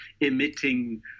emitting